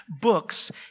books